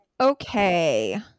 okay